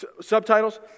Subtitles